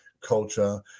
culture